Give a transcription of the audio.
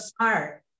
smart